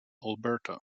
alberta